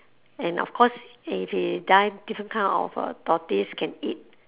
and of course if he die different kind of uh tortoise can eat